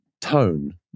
tone